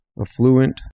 affluent